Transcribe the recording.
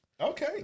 Okay